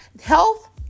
health